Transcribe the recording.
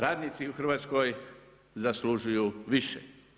Radnici u Hrvatskoj zaslužuju više.